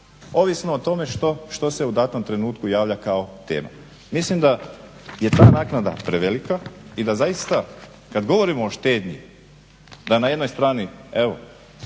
ovisno o tome što se u datom trenutku javlja kao tema. Mislim da je ta naknada prevelika i da zaista kad govorimo o štednji da na jednoj strani evo